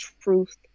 truth